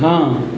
हँ